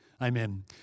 Amen